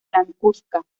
blancuzca